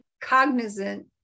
cognizant